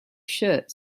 shirt